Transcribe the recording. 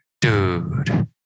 dude